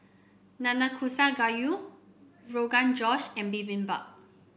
Nanakusa Gayu Rogan Josh and Bibimbap